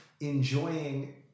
enjoying